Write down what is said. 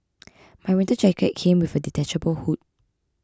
my winter jacket came with a detachable hood